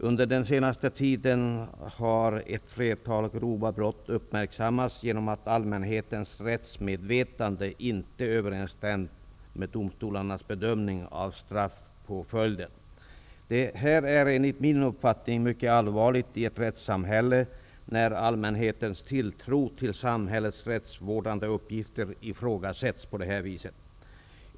Under den senaste tiden har ett flertal grova brott uppmärksammats, genom att allmänhetens rättsmedvetande inte har överensstämt med domstolarnas bedömning av straffpåföljden. Det är mycket allvarligt, i ett rättssamhälle, när allmänhetens tilltro till samhällets rättsvårdande uppgifter ifrågasätts på det här viset.